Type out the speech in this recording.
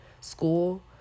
school